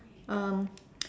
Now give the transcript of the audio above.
um